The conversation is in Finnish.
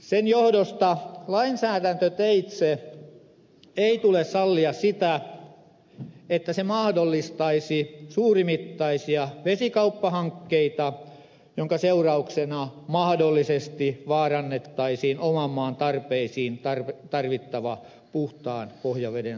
sen johdosta lainsäädäntöteitse ei tule sallia sitä että mahdollistettaisiin suurimittaisia vesikauppahankkeita joiden seurauksena mahdollisesti vaarannettaisiin oman maan tarpeisiin tarvittava puhtaan pohjaveden saanti